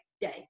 day